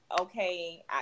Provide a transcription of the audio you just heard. okay